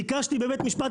ביקשתי בבית המשפט,